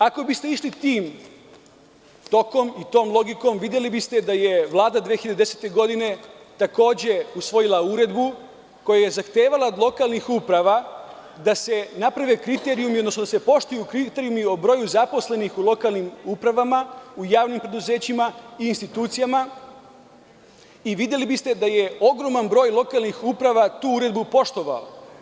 Ako biste išli tim tokom i tom logikom, videli biste da je Vlada 2010. godine, takođe, usvojila uredbu kojom je zahtevala od lokalnih uprava da se naprave kriterijumi, odnosno da se poštuju kriterijumi o broju zaposlenih u lokalnim upravama, u javnim preduzećima i institucijama, i videli biste da je ogroman broj lokalnih uprava tu uredbu poštovao.